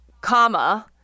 comma